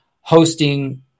hosting